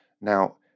Now